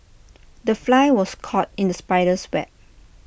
the fly was caught in the spider's web